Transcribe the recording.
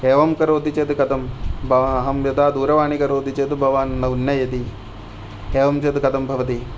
एवं करोति चेत् कथम् भ अहं यथा दूरवाणी करोति चेत् भवान् न उन्नयति एवं चेत् कथं भवति